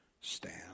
stand